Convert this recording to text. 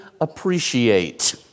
appreciate